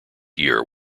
year